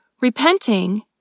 Repenting